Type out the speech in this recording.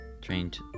trained